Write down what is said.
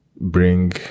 bring